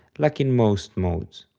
like in most modes.